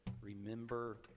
remember